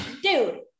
dude